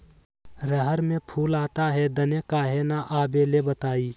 रहर मे फूल आता हैं दने काहे न आबेले बताई?